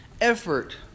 effort